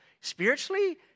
Spiritually